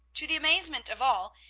to the amazement of all,